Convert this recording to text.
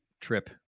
trip